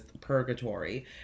purgatory